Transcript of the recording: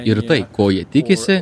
ir tai ko jie tikisi